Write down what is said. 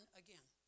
again